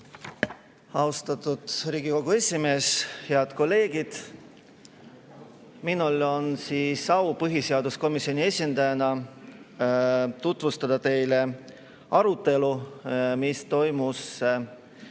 Austatud Riigikogu esimees! Head kolleegid! Minul on au põhiseaduskomisjoni esindajana tutvustada teile arutelu, mis toimus